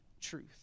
truth